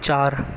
چار